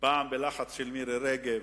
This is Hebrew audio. פעם בלחץ של מירי רגב,